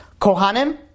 Kohanim